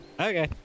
Okay